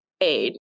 aid